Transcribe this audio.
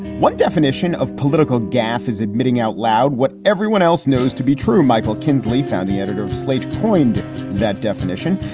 what definition of political gaffe is admitting out loud what everyone else knows to be true? michael kinsley, founding editor of slate, points that definition.